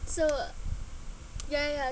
so ya ya